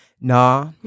Nah